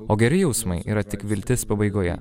o geri jausmai yra tik viltis pabaigoje